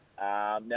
Now